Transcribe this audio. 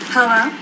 Hello